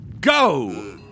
go